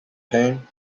pain